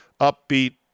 upbeat